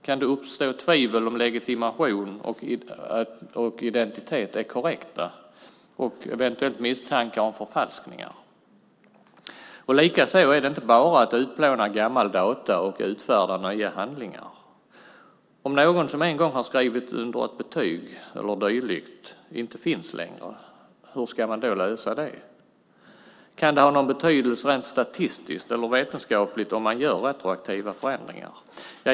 Kan det uppstå tvivel om ifall legitimation och identitet är korrekta och misstankar om förfalskningar? Likaså är det inte bara att utplåna gamla data och utfärda nya handlingar. Om någon som en gång har skrivit under betyg eller dylikt inte finns längre, hur ska man då lösa det? Kan det ha någon betydelse rent statistiskt och vetenskapligt om man gör retroaktiva förändringar?